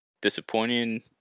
Disappointing